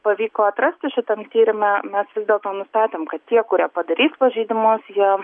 pavyko atrasti šitam tyrime mes vis dėlto nustatėm kad tie kurie padarys pažeidimus jie